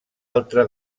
altra